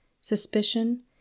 suspicion